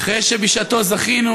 אחרי שבשעתו זכינו